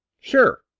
Sure